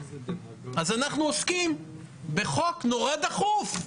אז אנחנו עוסקים בחוק נורא דחוף,